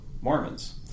Mormons